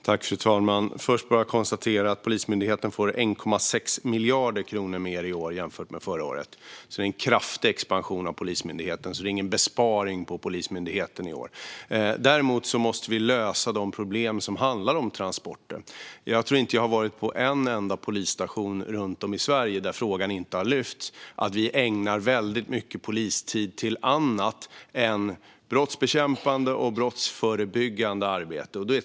Fru talman! Jag vill först konstatera att Polismyndigheten får 1,6 miljarder kronor mer i år jämfört med förra året. Det är en kraftig expansion och alltså ingen besparing på Polismyndigheten i år. Vi måste däremot lösa de problem som handlar om transporter. Jag tror inte att jag har varit på en enda polisstation runt om i Sverige där man inte har lyft upp frågan att väldigt mycket polistid ägnas åt annat än brottsbekämpande och brottsförebyggande arbete.